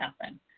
happen